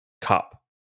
cup